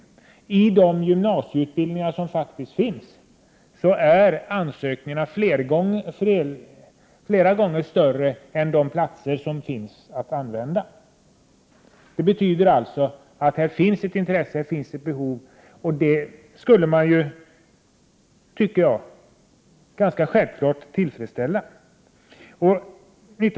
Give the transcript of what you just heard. Till de gymnasieutbildningar som faktiskt finns är ansökningarna många gånger fler än det antal platser som finns. Det betyder att här finns ett intresse och ett behov. Det skall man enligt min mening självfallet tillfredsställa.